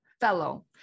fellow